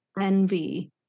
envy